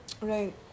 right